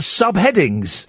subheadings